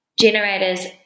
generators